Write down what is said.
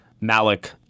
Malik